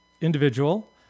individual